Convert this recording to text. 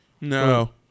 No